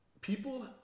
People